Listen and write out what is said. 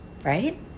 Right